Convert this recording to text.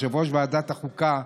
יושב-ראש ועדת החוקה,